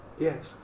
yes